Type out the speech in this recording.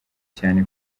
cyane